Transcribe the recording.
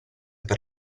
per